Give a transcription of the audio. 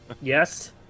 Yes